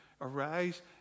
Arise